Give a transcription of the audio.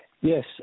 yes